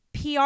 PR